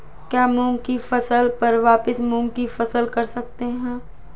क्या मूंग की फसल पर वापिस मूंग की फसल कर सकते हैं?